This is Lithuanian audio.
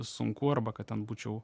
sunku arba kad būčiau